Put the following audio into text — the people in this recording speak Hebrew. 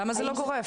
למה זה לא גורף?